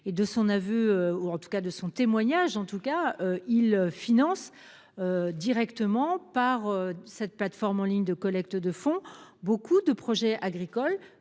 et de son aveu ou en tout cas de son. Témoignage en tout cas ils financent. Directement par cette plateforme en ligne de collecte de fonds beaucoup de projets agricoles